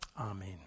Amen